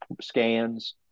scans